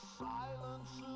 silence